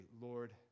Lord